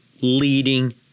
leading